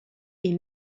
est